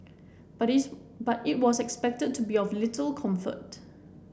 but it's but it was expected to be of little comfort